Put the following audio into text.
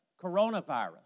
coronavirus